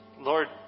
Lord